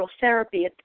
therapy